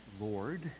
Lord